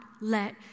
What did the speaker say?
let